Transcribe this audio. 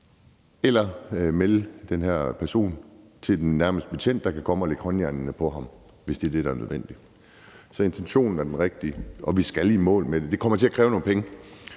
eller at melde den her person til den nærmeste politibetjent, der kan komme og lægge håndjernene på ham, hvis det er det, der er nødvendigt. Så intentionen er den rigtige, og vi skal i mål med den. Det kommer til at kræve nogle penge.